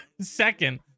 second